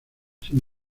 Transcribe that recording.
sin